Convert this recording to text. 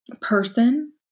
person